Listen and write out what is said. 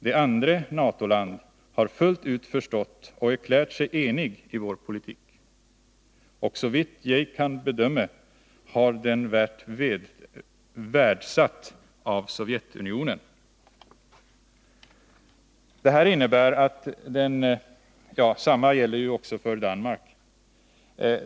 De andre NATO-land har fullt ut forstått og erklert seg enig i vår politikk, og så vidt jeg kan bedömme har den vert verdsatt av Sovjetunionen.” Detsamma gäller ju också för Danmark.